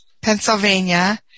Pennsylvania